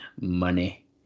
money